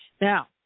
now